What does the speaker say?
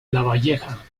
lavalleja